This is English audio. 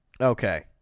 Okay